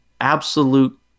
absolute